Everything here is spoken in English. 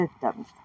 systems